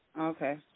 Okay